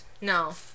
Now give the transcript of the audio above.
No